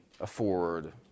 afford